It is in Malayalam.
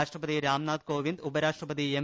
രാഷ്ട്രപതി രാംനാഥ് കോവിന്ദ് ഉപരാഷ്ട്രപതി എം